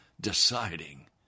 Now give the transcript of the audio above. deciding